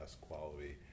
quality